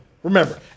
Remember